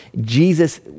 Jesus